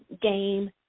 game